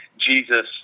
Jesus